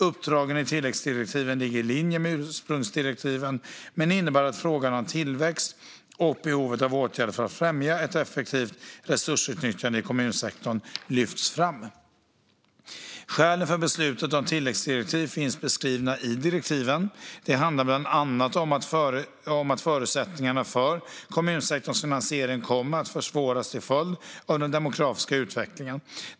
Uppdragen i tilläggsdirektiven ligger i linje med ursprungsdirektiven men innebär att frågan om tillväxt och behovet av åtgärder för att främja ett effektivt resursutnyttjande i kommunsektorn lyfts fram. Skälen för beslutet om tilläggsdirektiv finns beskrivna i direktiven. Det handlar bland annat om att förutsättningarna för kommunsektorns finansiering kommer att försvåras till följd av den demografiska utvecklingen.